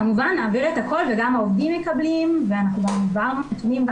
כמובן נעביר את הכול וגם העובדים מקבלים ואנחנו גם העברנו נתונים.